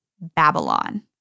Babylon